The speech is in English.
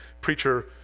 preacher